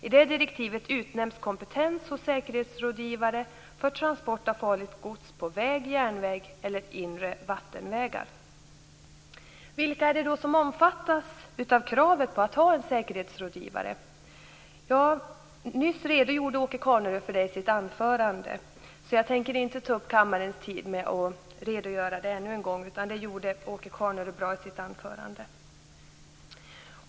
I det direktivet utnämns kompetens hos säkerhetsrådgivare för transport av farligt gods på väg, järnväg eller inre vattenvägar. Vilka är det då som omfattas av kravet på att ha en säkerhetsrådgivare? Åke Carnerö redogjorde för det i sitt anförande nyss så jag tänker inte ta upp kammarens tid för att redogöra för detta ännu en gång. Åke Carnerö gjorde det så bra i sitt anförande.